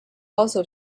also